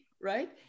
right